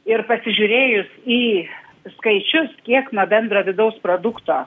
ir pasižiūrėjus į skaičius kiek nuo bendro vidaus produkto